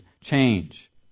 change